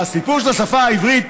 הסיפור של השפה העברית,